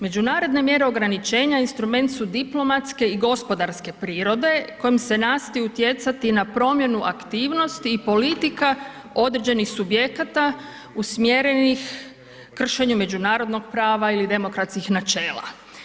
Međunarodne mjere ograničenja instrument su diplomatske i gospodarske prirode kojima se nastoji utjecati na promjenu aktivnosti i politika određenih subjekata usmjerenih kršenju međunarodnog prava ili demokratskih načela.